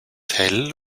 hell